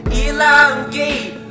elongate